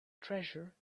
treasure